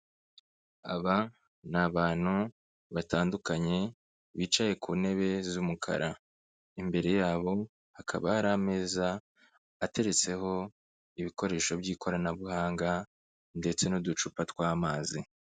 Aba ni abantu batandukanye bicaye ku ntebe z'umukara, imbere yabo hakaba hari ameza ateretseho ibikoresho by'ikoranabuhanga ndetse n'uducupa tw'amazi.